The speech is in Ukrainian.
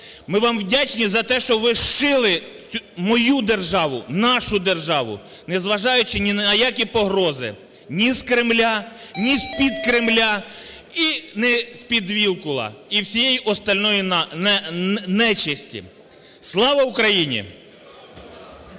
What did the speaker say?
Ми вам вдячні за те, що ви зшили мою державу, нашу державу, незважаючи ні на які погрози, ні з Кремля, ні з-під Кремля, і не з-під Вілкула, і всієї остальної нечесті. Слава Україні!